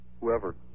whoever